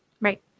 Right